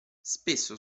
spesso